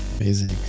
amazing